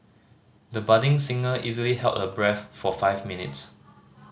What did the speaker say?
the budding singer easily held her breath for five minutes